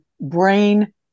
brain